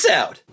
out